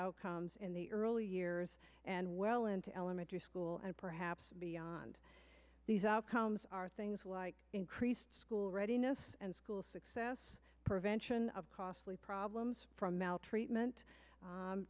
outcomes in the early years and well into elementary school and perhaps beyond these outcomes are things like increased school readiness and school success prevention of costly problems from maltreatment